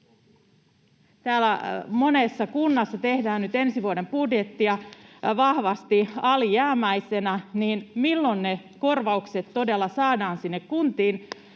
monessa kunnassa tehdään nyt ensi vuoden budjettia vahvasti alijäämäisenä, niin milloin ne korvaukset todella saadaan